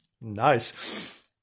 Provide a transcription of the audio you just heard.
Nice